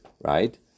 right